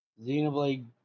Xenoblade